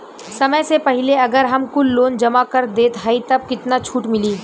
समय से पहिले अगर हम कुल लोन जमा कर देत हई तब कितना छूट मिली?